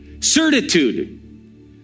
Certitude